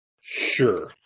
Sure